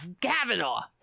Kavanaugh